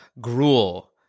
gruel